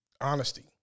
Honesty